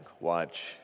Watch